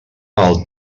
val